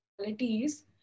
qualities